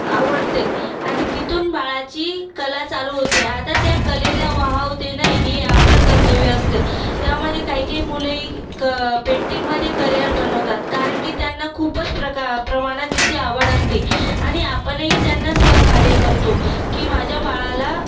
आवडतं आणि तिथून बाळाची कला चालू होते आता त्या कलेला वाव देणं हे आपलं कर्तव्य असतं त्यामध्ये काही काही मुलं ही क् पेंटिंगमध्ये करियर बनवतात कारण की त्यांना खूपच प्रका प्रमाणात त्याची आवड असते आणि आपण ही त्यांना सहकार्य करतो की माझ्या बाळाला